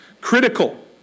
critical